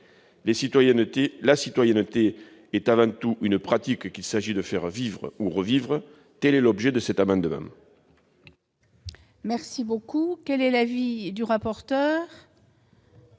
La citoyenneté est avant tout une pratique, qu'il s'agit de faire vivre ou revivre. Tel est l'objet de cet amendement.